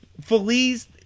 Feliz